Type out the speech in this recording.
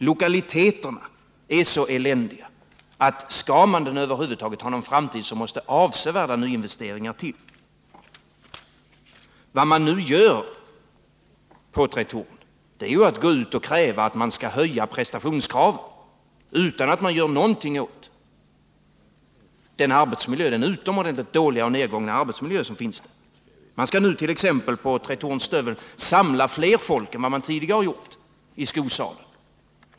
Lokalerna är så eländiga att om fabriken över huvud taget skall ha någon framtid måste avsevärda nyinvesteringar till. Vad man nu gör på Tretorn är ju att gå ut och höja prestationskraven utan att göra någonting åt den utomordentligt dåliga och nedgångna arbetsmiljön. Man skall nu t.ex. på Tretorns avdelning för stöveltillverkning samla mer folk än tidigare i skosalen.